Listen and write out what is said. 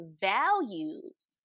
values